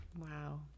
Wow